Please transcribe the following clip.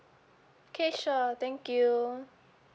okay sure thank you